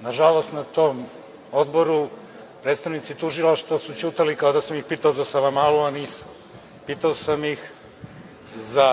Nažalost na tom Odboru predstavnici Tužilaštva su ćutali, kao da sam ih pitao za Savamalu, a nisam. Pitao sam ih za